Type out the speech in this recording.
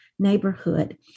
neighborhood